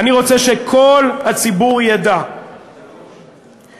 אני רוצה שכל הציבור ידע שבלעדי